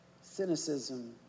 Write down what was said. Cynicism